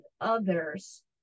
others